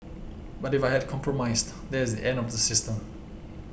but if I had compromised that is the end of the system